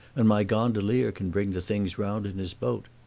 and my gondolier can bring the things round in his boat.